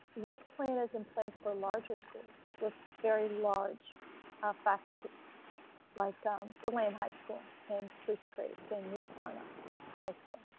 what plan is in place for larger schools with very large um faculties like deland high school and spruce creek and new smyrna high school?